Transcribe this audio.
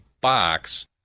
box